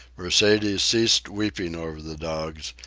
mercedes ceased weeping over the dogs,